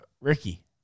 Ricky